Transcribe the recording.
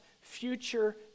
future